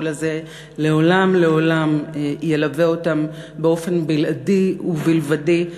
הזה לעולם לעולם ילווה אותם באופן בלעדי ובלבדי,